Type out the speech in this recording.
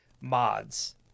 mods